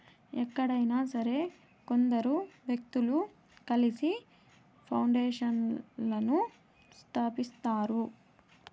ఎక్కడైనా సరే కొందరు వ్యక్తులు కలిసి పౌండేషన్లను స్థాపిస్తారు